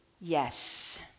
yes